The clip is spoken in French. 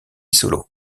solo